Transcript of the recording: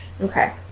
Okay